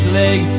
leg